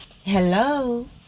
Hello